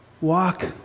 walk